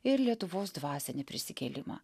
ir lietuvos dvasinį prisikėlimą